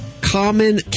common